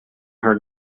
her